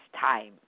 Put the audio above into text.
time